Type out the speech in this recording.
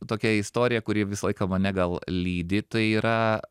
tokia istorija kuri visą laiką mane gal lydi tai yra